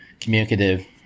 communicative